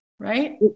right